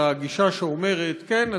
את הגישה שאומרת: כן,